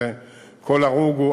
וכל הרוג הוא,